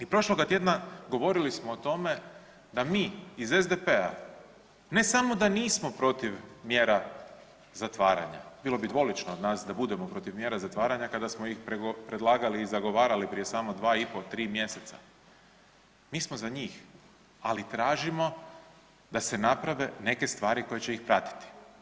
I prošloga tjedna govorili smo o tome da mi iz SDP-a ne samo da nismo protiv mjera zatvaranja, bilo bi dvolično od nas da budemo protiv mjera zatvaranja kada smo ih predlagali i zagovarali prije samo dva i pol, tri mjeseca, mi smo za njih, ali tražimo da se naprave neke stvari koje će ih pratiti.